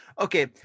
Okay